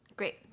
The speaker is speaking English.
Great